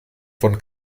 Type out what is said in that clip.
von